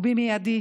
ובמיידי